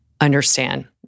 understand